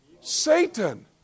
Satan